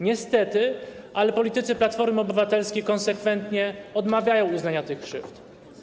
Niestety politycy Platformy Obywatelskiej konsekwentnie odmawiają uznania tych krzywd.